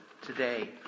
today